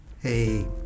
Hey